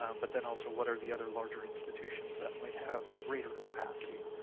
um but then also what are the other larger institutions that might have greater capacity?